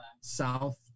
South